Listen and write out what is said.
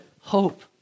hope